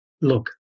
Look